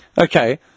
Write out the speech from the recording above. okay